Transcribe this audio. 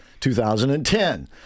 2010